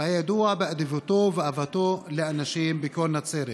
הוא היה ידוע באדיבותו ובאהבתו לאנשים בכל נצרת.